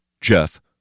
Jeff